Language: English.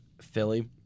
Philly